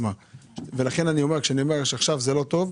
אני אומר שעכשיו זה לא טוב,